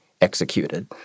executed